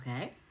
Okay